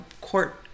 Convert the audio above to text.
court